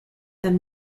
that